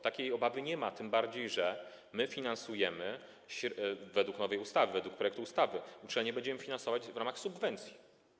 Takiej obawy nie ma, tym bardziej że według nowej ustawy, według projektu ustawy uczelnie będziemy finansować w ramach subwencji.